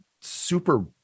super